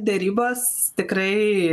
derybos tikrai